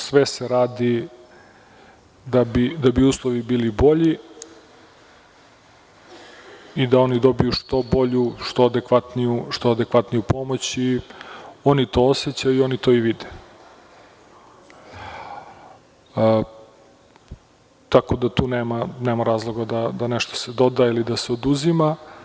Sve se radi da bi uslovi bili bolji i da oni dobiju što bolju, što adekvatniju pomoć i oni to osećaju i oni to i vide, tako da tu nema razloga da se nešto dodaje ili da se oduzima.